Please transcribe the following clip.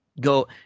go